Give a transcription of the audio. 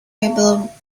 will